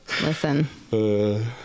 Listen